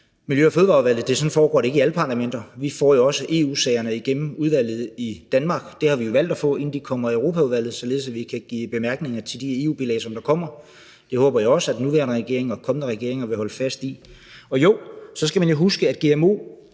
Miljø- og Fødevareudvalget – sådan foregår det ikke i alle parlamenter. Vi får jo også EU-sagerne igennem udvalget i Danmark. Det har vi jo valgt at få, inden de kommer i Europaudvalget, således at vi kan give bemærkninger til de EU-bilag, som der kommer. Det håber jeg også den nuværende og kommende regeringer vil holde fast i. Jo, så skal man jo huske, at gmo